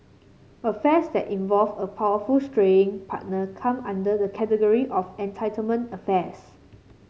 affairs that involve a powerful straying partner come under the category of entitlement affairs